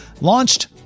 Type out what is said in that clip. launched